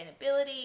sustainability